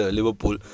Liverpool